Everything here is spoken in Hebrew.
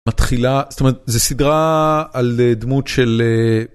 מתחילה זאת אומרת זה סדרה על דמות של...